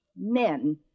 Men